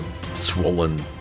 swollen